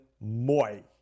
Moy